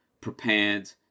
prepared